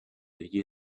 you